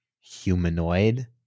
humanoid